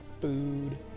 food